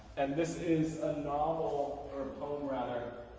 and this is a novel or a poem rather